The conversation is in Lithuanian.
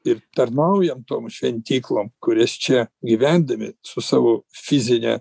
ir tarnaujam tom šventyklom kurias čia gyvendami su savo fizine